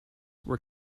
were